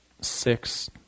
six